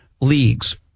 leagues